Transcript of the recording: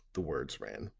the words ran,